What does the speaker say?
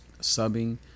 subbing